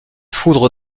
foudre